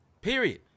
period